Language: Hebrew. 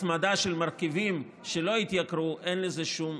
הצמדה של מרכיבים שלא התייקרו, אין לזה שום